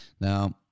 Now